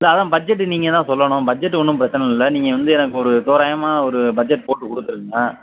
இல்லை அதுதான் பட்ஜெட்டு நீங்கள்தான் சொல்லணும் பட்ஜெட்டு ஒன்றும் பிரச்சின இல்லை நீங்கள் வந்து எனக்கு ஒரு தோராயமாக ஒரு பட்ஜெட் போட்டு கொடுத்துடுங்க